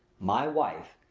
my wife,